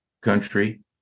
country